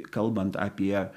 kalbant apie